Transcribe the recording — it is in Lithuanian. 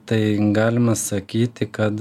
tai galima sakyti kad